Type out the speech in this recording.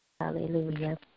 Hallelujah